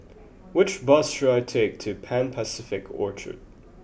which bus should I take to Pan Pacific Orchard